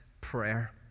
prayer